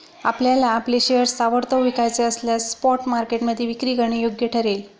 आपल्याला आपले शेअर्स ताबडतोब विकायचे असल्यास स्पॉट मार्केटमध्ये विक्री करणं योग्य ठरेल